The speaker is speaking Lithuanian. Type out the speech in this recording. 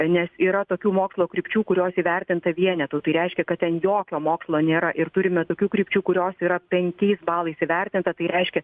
nes yra tokių mokslo krypčių kurios įvertinta vienetu tai reiškia kad ten jokio mokslo nėra ir turime tokių krypčių kurios yra penkiais balais įvertinta tai reiškia